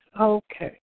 Okay